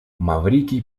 маврикий